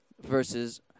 versus